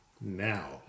now